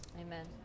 Amen